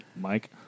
mike